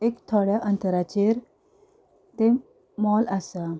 एक थोड्या अंतराचेर तें मॉल आसा